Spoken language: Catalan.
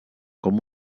com